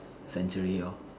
century lor